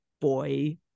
boy